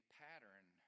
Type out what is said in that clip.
pattern